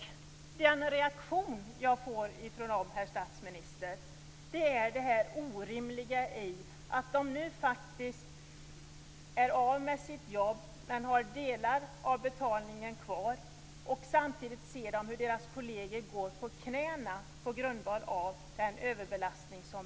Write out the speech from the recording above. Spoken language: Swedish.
Den reaktion som jag får från dem, herr statsminister, riktar sig mot det orimliga i att de har blivit av med sitt jobb med en del av ersättningen kvar samtidigt som de ser hur deras kolleger går på knäna på grund av sin höga arbetsbelastning.